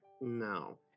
No